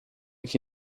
que